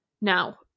now